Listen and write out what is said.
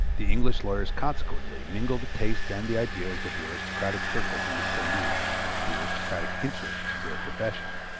the english lawyers consequently mingle the taste and the ideas of the aristocratic circles in which they move with the aristocratic interests of their profession.